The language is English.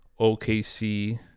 OKC